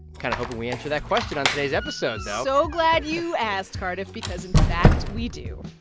kind of hoping we answer that question on today's episode, though so glad you asked, cardiff, because, in fact, we do.